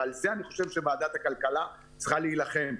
על זה אני חושב שוועדת הכלכלה צריכה להילחם.